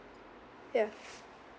ya